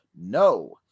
No